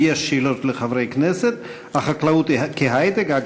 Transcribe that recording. אם יש שאלות לחברי כנסת: החקלאות כהיי-טק ישראלי,